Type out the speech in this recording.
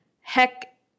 Heck